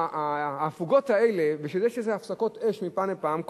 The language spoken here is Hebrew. ההפוגות האלה ושיש איזה הפסקות אש מפעם לפעם,